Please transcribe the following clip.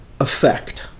effect